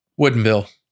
Woodenville